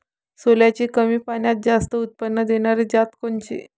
सोल्याची कमी पान्यात जास्त उत्पन्न देनारी जात कोनची?